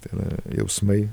tai yra jausmai